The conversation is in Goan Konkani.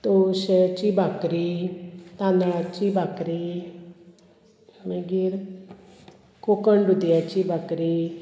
तोश्याची बाकरी तांदळाची बाकरी मागीर कोकण दुदयाची बाकरी